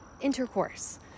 intercourse